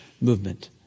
movement